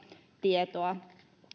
tietoa